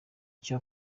icyo